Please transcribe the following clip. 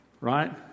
right